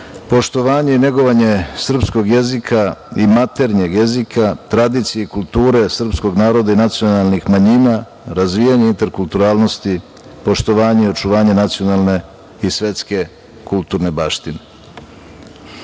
poštovanje i negovanje srpskog jezika i maternjeg jezika, tradicije i kulture srpskog naroda i nacionalnih manjina, razvijanje interkulturalnosti, poštovanje i očuvanje nacionalne i svetske kulturne baštine. Mi